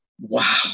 wow